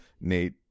Nate